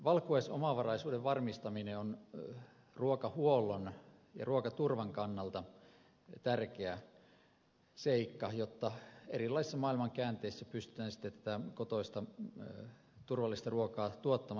valkuaisomavaraisuuden varmistaminen on ruokahuollon ja ruokaturvan kannalta tärkeä seikka jotta erilaisissa maailman käänteissä pystytään sitten tätä kotoista turvallista ruokaa tuottamaan